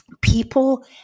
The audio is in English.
people